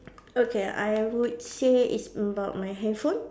okay I would say it's about my handphone